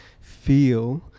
feel